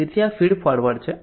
તેથી આ feed forward છે